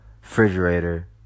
refrigerator